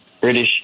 British